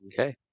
Okay